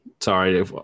Sorry